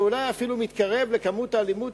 זה אולי מתקרב אפילו להיקף האלימות